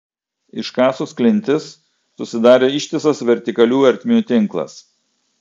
iškasus klintis susidarė ištisas vertikalių ertmių tinklas